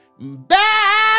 back